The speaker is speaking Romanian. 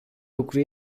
lucru